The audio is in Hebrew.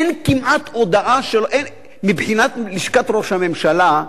אין כמעט הודעה שלו, מבחינת לשכת ראש הממשלה,